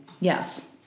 Yes